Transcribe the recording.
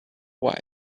wife